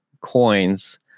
coins